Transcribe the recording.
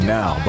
now